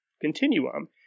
continuum